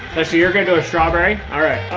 let's see. you're gonna do a strawberry. alright,